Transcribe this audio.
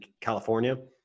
California